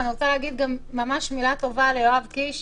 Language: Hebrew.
אני רוצה להגיד מילה טובה ליואב קיש,